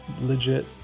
legit